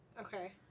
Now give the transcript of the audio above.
okay